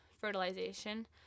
fertilization